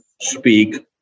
speak